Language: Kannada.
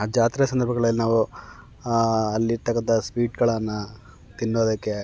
ಆ ಜಾತ್ರೆ ಸಂದರ್ಭಗಳಲ್ಲಿ ನಾವು ಅಲ್ಲಿ ತೆಗೆದ ಸ್ವೀಟ್ಗಳನ್ನ ತಿನ್ನೋದಕ್ಕೆ